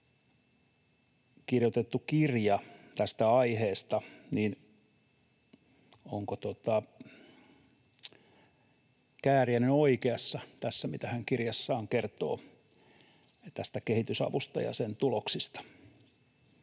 kirjoitettu kirja tästä aiheesta, niin onko Kääriäinen oikeassa tässä, mitä hän kirjassaan kertoo tästä kehitysavusta ja sen tuloksista.